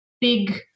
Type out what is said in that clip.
big